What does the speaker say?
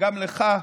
וגם לך,